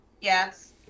Yes